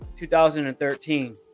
2013